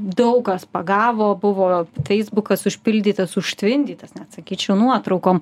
daug kas pagavo buvo feisbukas užpildytas užtvindytas net sakyčiau nuotraukom